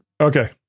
Okay